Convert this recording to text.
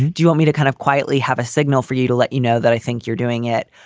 do you want me to kind of quietly have a signal for you to let you know that i think you're doing it?